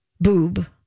boob